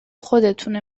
خودتونه